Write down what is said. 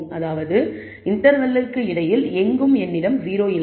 அதாவது இன்டர்வெல்லுக்கு இடையில் எங்கும் என்னிடம் 0 இல்லை